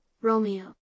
Romeo